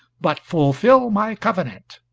but fulfil my covenant.